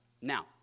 Now